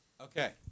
Okay